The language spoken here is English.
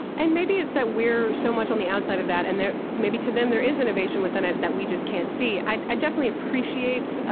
and maybe it's that we're so much on the outside of that and maybe to them there is innovation within it that we just can't see. i definitely appreciate,